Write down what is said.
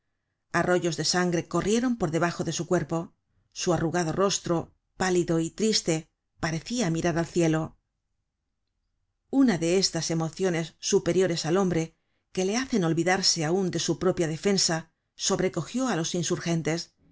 arroyos de sangre corrieron por debajo de su cuerpo su arrugado rostro pálido y triste parecia mirar al cielo una de estas emociones superiores al hombre que le hacen olvidarse aun de su propia defensa sobrecogió á los insurgentes